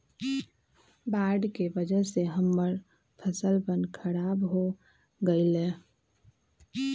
बाढ़ के वजह से हम्मर फसलवन खराब हो गई लय